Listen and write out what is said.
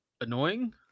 annoying